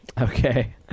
Okay